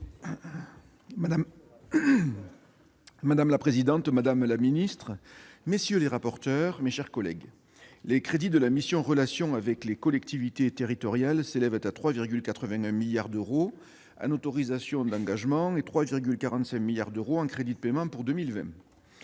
Madame la présidente, madame la ministre, mes chers collègues, les crédits de la mission « Relations avec les collectivités territoriales » s'élèvent à 3,81 milliards d'euros en autorisations d'engagement et à 3,45 milliards d'euros en crédits de paiement pour 2020.